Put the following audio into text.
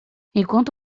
enquanto